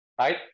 right